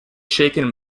shaken